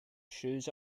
shoes